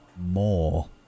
More